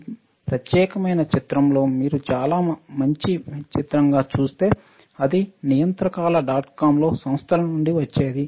ఈ ప్రత్యేకమైన చిత్రాoను మీరు చాలా మంచి చిత్రంగా చూస్తే అది నియంత్రకాల డాట్ కామ్ లో సంస్థల నుండి వచ్చేది